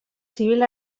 civil